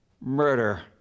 Murder